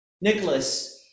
Nicholas